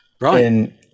right